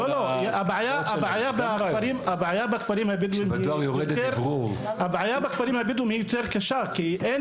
הבעיה בכפרים הבדואים היא יותר קשה כי אין